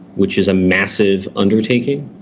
which is a massive undertaking.